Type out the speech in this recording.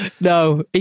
No